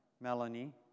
Melanie